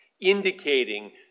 indicating